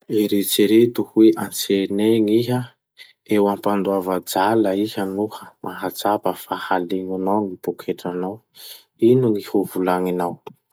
Eritsereto hoe antsena egny iha. Eo ampandoavandala iha no mahatsapa fa halignonao gny poketranao. Ino gny hovolagninao?